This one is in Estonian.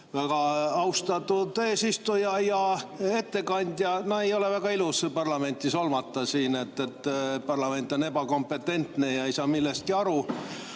väga austatud eesistuja! Hea ettekandja! No ei ole väga ilus parlamenti solvata siin, et parlament on ebakompetentne ja ei saa millestki aru.